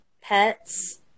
pets